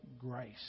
grace